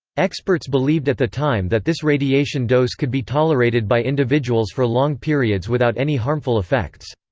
experts believed at the time that this radiation dose could be tolerated by individuals for long periods without any harmful effects.